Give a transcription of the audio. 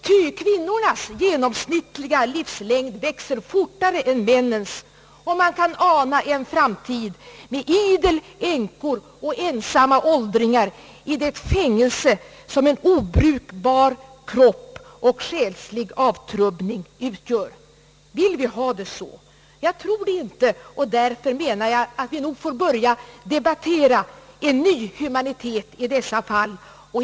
Ty kvinnornas genomsnittliga livslängd växer fortare än männens, och man kan ana en framtid med idel änkor och ensamma åldringar i det fängelse som en obrukbar kropp och själslig avtrubbning utgör. Vill vi ha det så? Jag tror det inte. Därför menar jag att vi nog får börja debattera en ny humanitet i dessa fall.